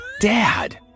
Dad